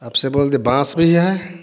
आप से बोल दे बाँस भी है